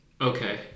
Okay